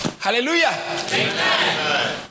Hallelujah